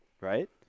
right